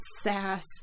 sass